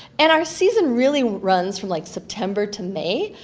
and our season really runs from like september to may.